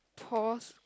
Paul's